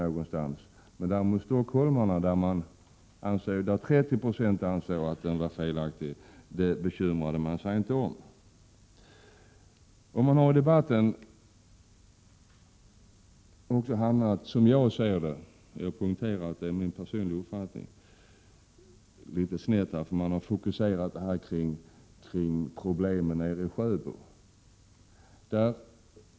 Men att 30 96 av stockholmarna ansåg att den var felaktig bekymrade man sig inte om. Enligt min personliga uppfattning — det vill jag betona — har debatten hamnat litet snett, eftersom man fokuserat den till problemen nere i Sjöbo.